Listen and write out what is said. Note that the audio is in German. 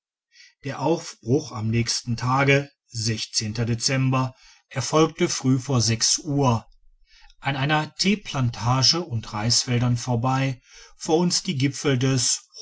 der auibruch am nächsten tage erfolgte digitized by google früh vor sechs uhr an einer theeplantage und reisfeldern vorbei vor uns die gipfel des